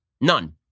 none